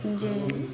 जे